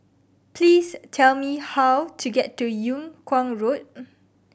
please tell me how to get to Yung Kuang Road